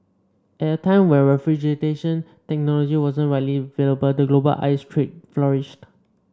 at a time when refrigeration technology wasn't widely available the global ice trade flourished